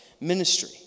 ministry